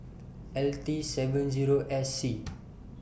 L T seven Zero S C